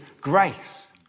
grace